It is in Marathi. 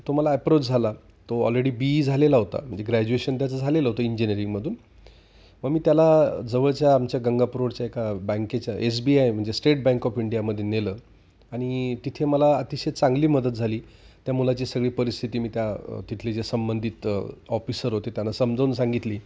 तो मला ॲप्रोच झाला तो ऑलरेडी बी ई झालेला होता म्हणजे ग्रॅज्युएशन त्याचं झालेलं होतं इंजिनीअरिंगमधून मग मी त्याला जवळच्या आमच्या गंगापूर रोडच्या एका बँकेच्या एस बी आय म्हणजे स्टेट बँक ऑफ इंडियामध्ये नेलं आणि तिथे मला अतिशय चांगली मदत झाली त्या मुलाची सगळी परिस्थिती मी त्या तिथली जे संबंधित ऑफिसर होते त्यांना समजवून सांगितली